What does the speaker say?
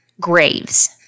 graves